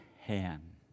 hand